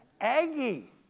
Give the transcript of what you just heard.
Aggie